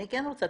אני כן רוצה,